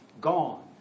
gone